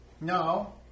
No